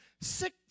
sick